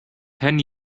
ten